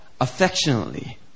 affectionately